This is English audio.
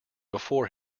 before